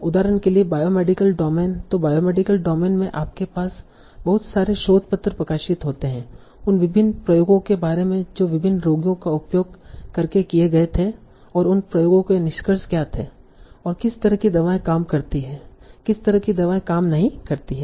उदाहरण के लिए बायोमेडिकल डोमेन तों बायोमेडिकल डोमेन में आपके पास बहुत सारे शोध पत्र प्रकाशित होते हैं उन विभिन्न प्रयोगों के बारे में जो विभिन्न रोगियों का उपयोग करके किए गए थे और उन प्रयोगों के निष्कर्ष क्या थे और किस तरह की दवाएं काम करती हैं किस तरह की दवाएं काम नहीं करती हैं